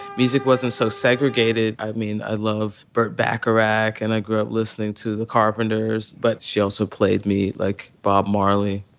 music wasn't so segregated. i mean, i love burt bacharach. and i grew up listening to the carpenters. but she also played me, like, bob marley,